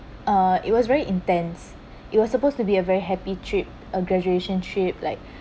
uh it was very intense it was supposed to be a very happy trip a graduation trip like